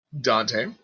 Dante